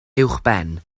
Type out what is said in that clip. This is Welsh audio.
uwchben